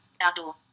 Outdoor